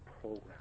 program